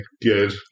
good